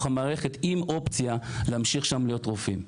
המערכת עם אופציה להמשיך שם להיות רופאים.